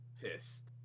pissed